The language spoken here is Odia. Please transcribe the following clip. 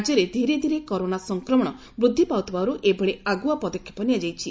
ରାଜ୍ୟରେ ଧୀରେ ଧୀରେ କରୋନା ସଂକ୍ରମଣ ବୂଦ୍ଧି ପାଉଥିବାରୁ ଏଭଳି ଆଗୁଆ ପଦକ୍ଷେପ ନିଆଯାଇଛି